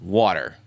water